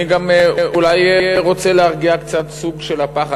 אני גם רוצה להרגיע קצת סוג של פחד.